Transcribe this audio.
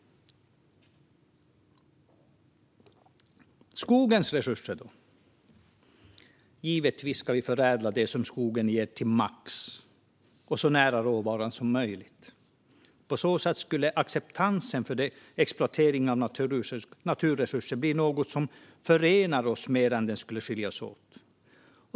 Skogens resurser då? Givetvis ska vi förädla det som skogen ger till max och så nära råvaran som möjligt. På så sätt skulle acceptansen för all exploatering av naturresurser bli något som förenar mer än skiljer oss åt.